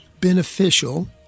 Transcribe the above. beneficial